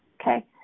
okay